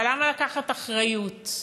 אבל למה לקחת אחריות?